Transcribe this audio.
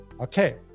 Okay